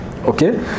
okay